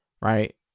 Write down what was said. right